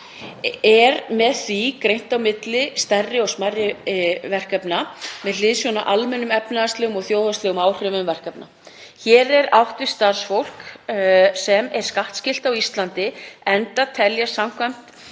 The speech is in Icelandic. Er með því greint á milli „stærri“ og „smærri“ verkefna með hliðsjón af almennum efnahagslegum og þjóðhagslegum áhrifum verkefna. Hér er átt við starfsfólk sem er skattskylt á Íslandi enda teljast samkvæmt